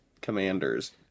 Commanders